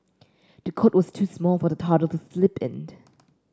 the cot was too small for the toddler to sleep in